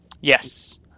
Yes